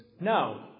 No